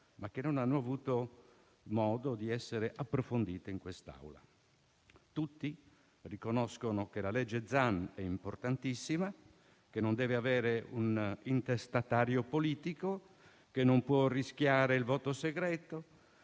ma che non hanno avuto modo di essere approfondite in quest'Assemblea. Tutti riconoscono che il disegno di legge Zan è importantissimo, che non deve avere un intestatario politico, che non può rischiare il voto segreto,